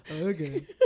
Okay